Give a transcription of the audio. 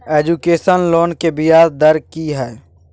Education loan के ब्याज दर की हय?